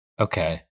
Okay